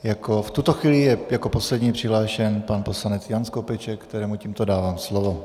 V tuto chvíli je jako poslední přihlášen pan poslanec Jan Skopeček, kterému tímto dávám slovo.